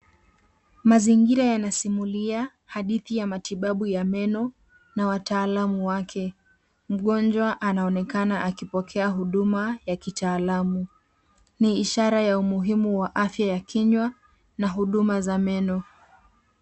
Mazingira yanasimulia hadithi ya matibabu ya meno na wataalamu wake. Mgonjwa anaonekana akipokea huduma ya kitaalamu. Ni ishara ya umuhimu wa afya ya kinywa na huduma za meno.